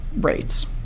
rates